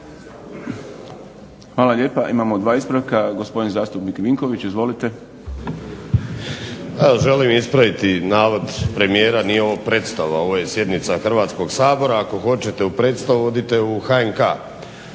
Hvala lijepa. Imamo dva ispravka. Gospodin zastupnik Vinković, izvolite. **Vinković, Zoran (HDSSB)** Evo želim ispraviti navod premijera, nije ovo predstava, ovo je sjednica Hrvatskog sabora. Ako hoćete u predstavu odite u HNK-a.